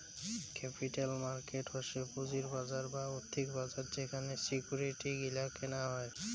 capital market হসে পুঁজির বাজার বা আর্থিক বাজার যেখানে সিকিউরিটি গিলা কেনা হই